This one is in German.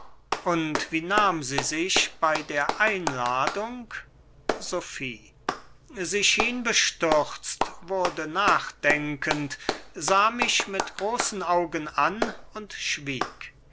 fühlt und wie nahm sie sich bei der einladung sophie sie schien bestürzt wurde nachdenkend sah mich mit großen augen an und schwieg